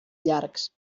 llargs